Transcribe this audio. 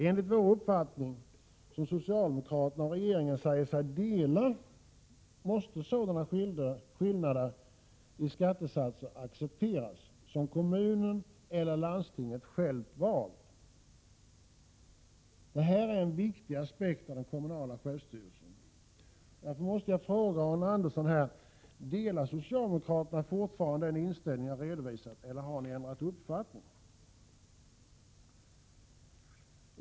Enligt vår uppfattning, som socialdemokraterna och regeringen säger sig dela, måste sådana skillnader i skattesatser accepteras som kommunen och landstinget själva valt. Detta är en viktig aspekt av den kommunala självstyrelsen.